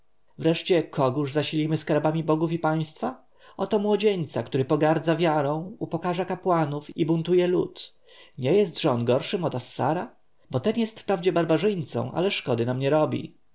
wreszcie kogóż zasilimy skarbami bogów i państwa oto młodzieńca który pogardza wiarą upokarza kapłanów i buntuje lud nie jest-że on gorszym od assara bo ten jest wprawdzie barbarzyńcą ale szkody nam nie robi